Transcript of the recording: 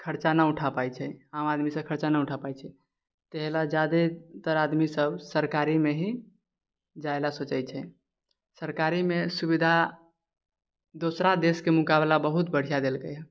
खर्चा नहि उठा पाइ छै आम आदमी सब खर्चा नहि उठा पाइ छै ताहि लए जादेतर आदमी सब सरकारीमे ही जाइला सोचै छै सरकारीमे सुविधा दोसरा देशके मुकाबला बहुत बढ़िआँ देलकै हऽ